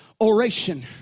oration